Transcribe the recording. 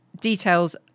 details